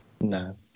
No